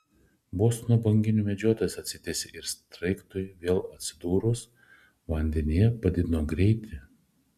bostono banginių medžiotojas atsitiesė ir sraigtui vėl atsidūrus vandenyje padidino greitį